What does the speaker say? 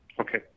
Okay